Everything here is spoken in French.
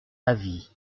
avis